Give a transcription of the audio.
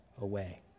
away